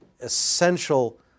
essential